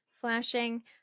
flashing